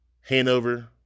Hanover